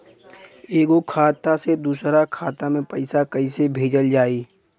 एगो खाता से दूसरा खाता मे पैसा कइसे भेजल जाई?